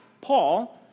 Paul